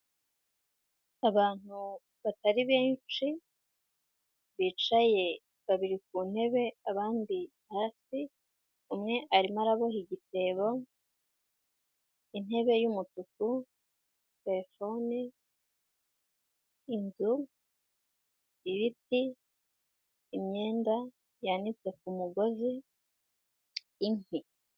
Abantu batari benshi bicaye babiri ku ntebe abandi hafi umwe arimo araboha igitebo, intebe, yumutuku, terefone, inzu ,ibiti ,imyenda yanitse ku mugozi, inkwi.